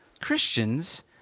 Christians